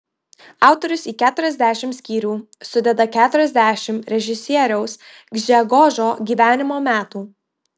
autorius į keturiasdešimt skyrių sudeda keturiasdešimt režisieriaus gžegožo gyvenimo metų